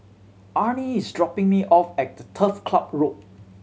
Arne is dropping me off at the Turf Club Road